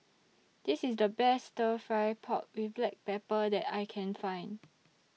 This IS The Best Stir Fry Pork with Black Pepper that I Can Find